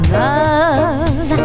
love